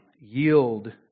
yield